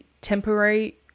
temporary